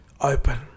open